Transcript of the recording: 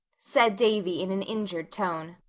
said davy in an injured tone.